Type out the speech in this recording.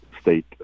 state